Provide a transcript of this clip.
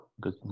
good